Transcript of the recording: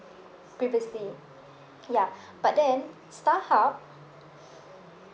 previously ya but then Starhub